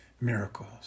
miracles